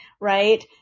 right